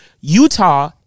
Utah